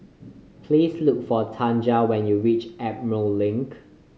please look for Tanja when you reach Emerald Link